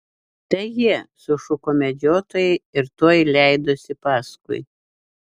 tai jie sušuko medžiotojai ir tuoj leidosi paskui